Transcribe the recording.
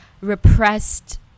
repressed